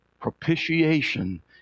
propitiation